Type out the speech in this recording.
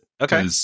Okay